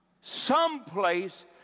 someplace